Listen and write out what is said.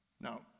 Now